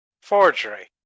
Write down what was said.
forgery